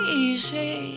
easy